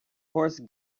horse